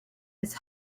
his